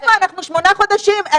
אנחנו שמונה חודשים,